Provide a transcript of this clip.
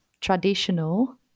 traditional